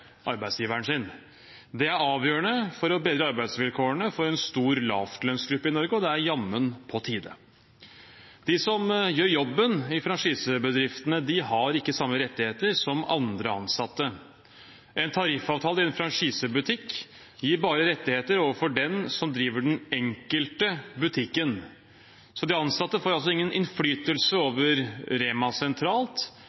arbeidsgiveren sin. Det er avgjørende for å bedre arbeidsvilkårene for en stor lavtlønnsgruppe i Norge, og det er jammen på tide. De som gjør jobben i franchisebedriftene, har ikke samme rettigheter som andre ansatte. En tariffavtale i en franchisebutikk gir bare rettigheter overfor dem som driver den enkelte butikken. De ansatte får altså ingen innflytelse